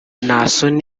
naason